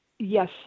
Yes